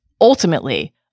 ultimately